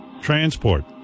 Transport